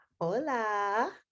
Hola